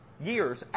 years